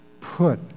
Put